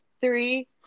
Three